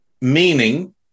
meaning